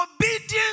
obedience